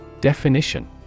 Definition